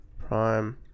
prime